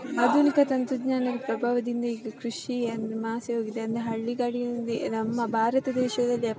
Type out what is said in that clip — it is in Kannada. ಆಧುನಿಕ ತಂತ್ರಜ್ಞಾನದ ಪ್ರಭಾವದಿಂದ ಈಗ ಕೃಷಿ ಏನು ಮಾಸಿ ಹೋಗಿದೆ ಅಂದ್ರೆ ಹಳ್ಳಿಗಳಲ್ಲಿ ನಮ್ಮ ಭಾರತ ದೇಶದಲ್ಲಿ